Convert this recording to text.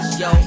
yo